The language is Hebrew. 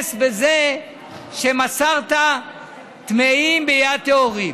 הנס בחנוכה שמסרת טמאים ביד טהורים?